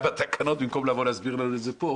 בתקנות במקום לבוא להסביר לנו את זה פה.